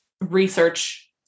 research